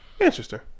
Interesting